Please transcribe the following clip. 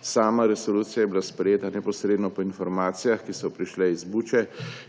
Sama resolucija je bila sprejeta neposredno po informacijah, ki so prišle iz Buče